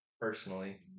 personally